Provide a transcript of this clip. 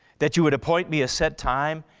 that you would appoint me a set time,